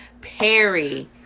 perry